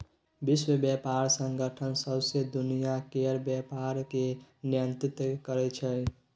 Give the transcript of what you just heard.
विश्व बेपार संगठन सौंसे दुनियाँ केर बेपार केँ नियंत्रित करै छै